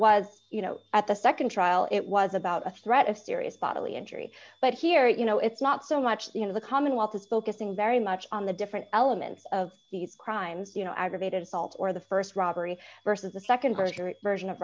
was you know at the nd trial it was about a threat of serious bodily injury but here you know it's not so much you know the commonwealth is focusing very much on the different elements of these crimes you know aggravated assault or the st robbery versus the nd version o